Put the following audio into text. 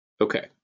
Okay